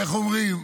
איך אומרים?